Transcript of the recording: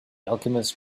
alchemist